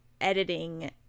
editing